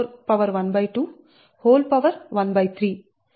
rd41213